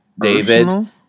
David